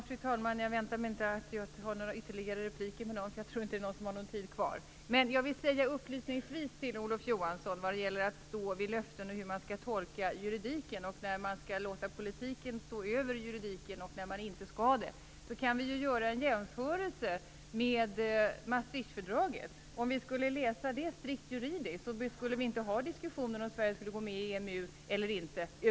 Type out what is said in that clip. Fru talman! Jag väntar mig inte några ytterligare repliker, då jag inte tror att någon har tid kvar. Jag vill ge en upplysning till Olof Johansson vad gäller att stå vid löften och hur man skall tolka juridiken, när man skall låta politiken stå över juridiken och när man inte skall göra det. Vi kan göra en jämförelse med Maastrichtfördraget. Om vi skulle läsa det strikt juridiskt skulle vi över huvud taget inte ha diskussionen om Sverige skall gå med i EMU eller inte.